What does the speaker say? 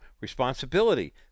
Responsibility